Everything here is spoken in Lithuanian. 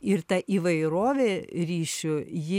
ir ta įvairovė ryšių ji